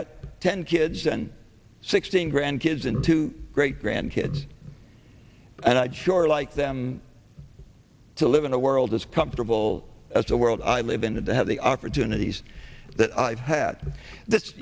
got ten kids and sixteen grandkids and two great grandkids and i'd sure like them to live in a world as comfortable as the world i live in and to have the opportunities that i've had th